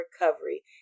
recovery